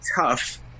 tough